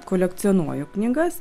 kolekcionuoju knygas